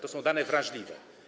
To są dane wrażliwe.